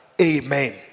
Amen